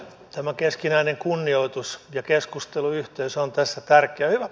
tämä keskinäinen kunnioitus ja keskusteluyhteys ovat tässä tärkeitä